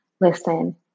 listen